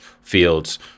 fields